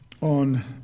on